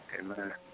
Amen